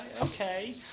okay